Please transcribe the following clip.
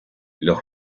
los